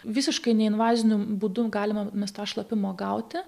visiškai neinvaziniu būdu galime mes tą šlapimą gauti